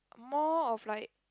more of like